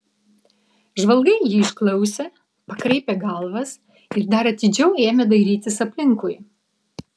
žvalgai jį išklausė pakraipė galvas ir dar atidžiau ėmė dairytis aplinkui